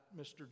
Mr